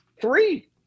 Three